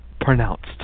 pronounced